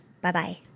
Bye-bye